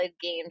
games